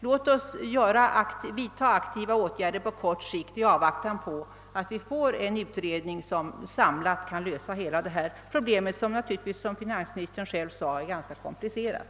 Låt oss aktivt vidtaga åtgärder på kort sikt i avvaktan på en utredning som samlat kan lösa hela detta problem, vilket — som finansministern själv sade — är ganska komplicerat.